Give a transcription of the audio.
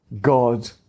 God